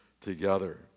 together